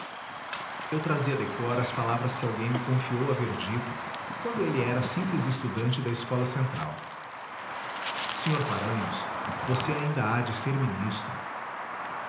eu trazia de cor as palavras que alguém me confiou haver dito quando ele era simples estudante da escola central sr paranhos você ainda há de ser ministro